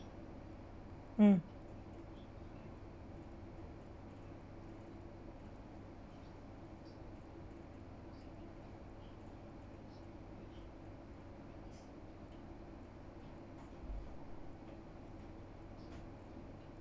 mm